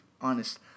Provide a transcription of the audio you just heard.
honest